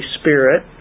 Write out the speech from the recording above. Spirit